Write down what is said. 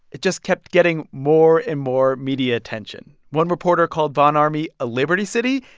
it just kept getting more and more media attention. one reporter called von ormy a liberty city,